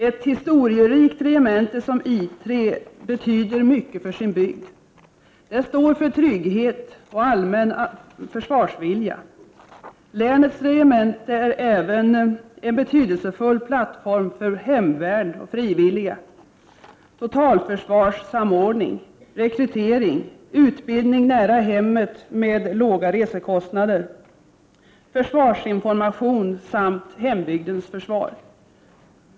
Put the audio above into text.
Ett historierikt regemente som I 3 betyder mycket för sin bygd. Det står för trygghet och allmän försvarsvilja. Länets regemente är även en betydelsefull plattform för hemvärn och frivilliga, totalförsvarssamordning, rekrytering, utbildning nära hemmet med låga resekostnader, försvarsinformation samt hembygdens försvar.